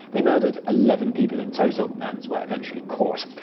they murdered eleven people in total, and were eventually caught.